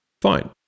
fine